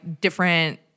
different